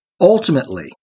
Ultimately